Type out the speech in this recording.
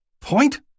Point